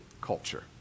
culture